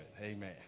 Amen